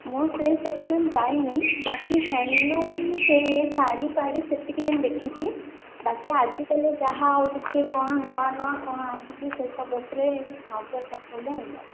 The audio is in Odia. ମୁଁ ସେହି ସେକ୍ସନ୍ ଯାଇନି ବାକି ହ୍ୟାଣ୍ଡଲୁମ୍ ସେହି ଶାଢ଼ୀ ଫାଡ଼ି ସେତିକି ଯାଏ ଦେଖିଛି ବାକି ଆଜିକାଲି ଯାହା ଆଉ ଟିକେ କ'ଣ ନୂଆ ନୂଆ କ'ଣ ଆସିଛି ସେ ସବୁ ଉପରେ ନଜର ପକାଇଲେ ହେବ